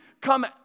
come